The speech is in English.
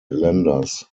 lenders